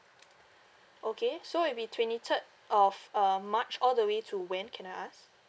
okay so it'll be twenty third of uh march all the way to when can I ask